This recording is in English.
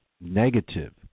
negative